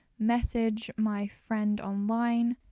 message my friend online.